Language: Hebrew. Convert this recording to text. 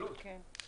כן.